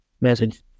message